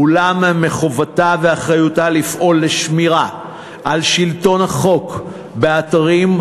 אולם מחובתה ובאחריותה לפעול לשמירה על שלטון החוק באתרים,